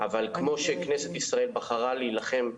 אבל כמו שכנסת ישראל בחרה להילחם,